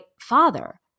father